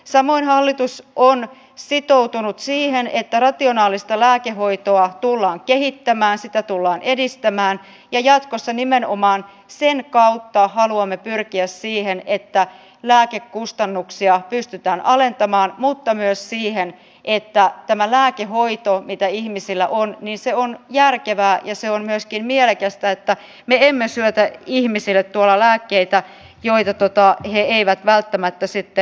samoin hallitus on sitoutunut siihen että rationaalista lääkehoitoa tullaan kehittämään sitä tullaan edistämään ja jatkossa nimenomaan sen kautta haluamme pyrkiä siihen että lääkekustannuksia pystytään alentamaan mutta myös siihen että tämä lääkehoito mitä ihmisillä on on järkevää ja myöskin mielekästä että me emme syötä ihmisille lääkkeitä joita he eivät välttämättä sitten tarvitse